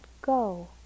go